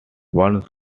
once